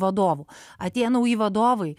vadovų atėjo nauji vadovai